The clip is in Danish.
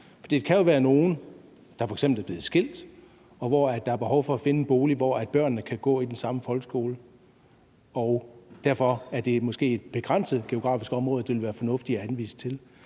For det kan jo være nogle, der f.eks. er blevet skilt, og hvor der er behov for at finde en bolig, hvor børnene kan gå i den samme folkeskole, og derfor er det måske et begrænset geografisk område, det ville være fornuftigt at anvise til.